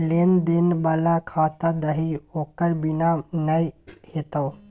लेन देन बला खाता दही ओकर बिना नै हेतौ